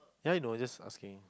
ya you know I just asking